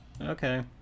Okay